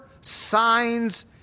signs